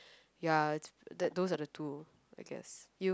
ya it's that those are the two I guess you